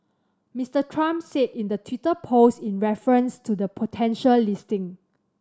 Mister Trump said in the Twitter post in reference to the potential listing